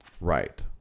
Right